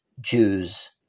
Jews